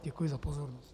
Děkuji za pozornost.